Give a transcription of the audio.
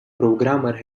programmer